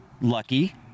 lucky